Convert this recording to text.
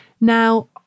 Now